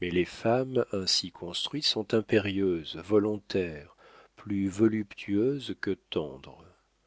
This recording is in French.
mais les femmes ainsi construites sont impérieuses volontaires plus voluptueuses que tendres